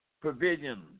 provision